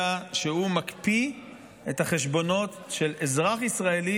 שהוא מקפיא את החשבונות של אזרח ישראלי,